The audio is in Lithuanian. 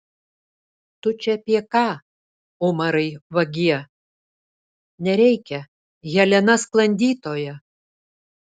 tu čia apie ką umarai vagie nereikia helena sklandytoja